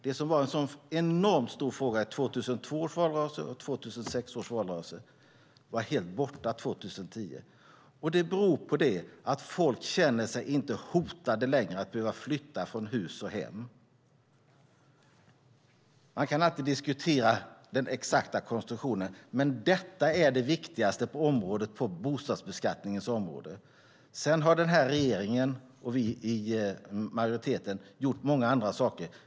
Det som var en så enormt stor fråga i 2002 års valrörelse och 2006 års valrörelse var helt borta 2010. Det beror på att folk inte längre känner sig hotade att behöva flytta från hus och hem. Man kan alltid diskutera den exakta konstruktionen, men detta är det viktigaste på bostadsbeskattningens område. Sedan har regeringen och vi i majoriteten gjort många andra saker.